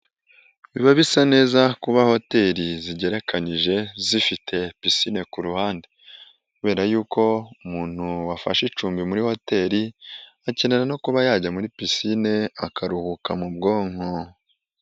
Biba bisa neza kuba hoteli zigerekanyije zifite pisine kuruhande, kubera yuko umuntu wafashe icumbi muri hoteli akenera no kuba yajya muri pisine akaruhuka mu bwonko.